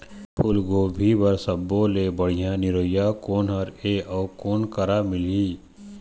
फूलगोभी बर सब्बो ले बढ़िया निरैया कोन हर ये अउ कोन करा मिलही?